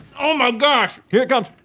oh my gosh! here it comes.